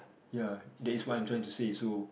ya that is what I'm trying to say so